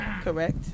Correct